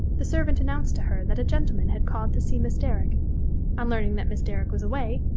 the servant announced to her that a gentleman had called to see miss derrick on learning that miss derrick was away,